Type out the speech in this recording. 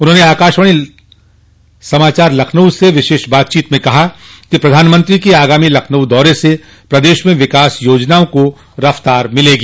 उन्होंने आकाशवाणी समाचार लखनऊ से विशेष बातचीत में कहा कि प्रधानमंत्री के आगामी लखनऊ दौरे से प्रदेश में विकास योजनाओं को रफ्तार मिलेगी